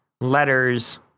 letters